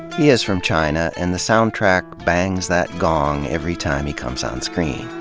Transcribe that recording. he is from china, and the soundtrack bangs that gong every time he comes on screen.